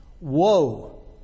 woe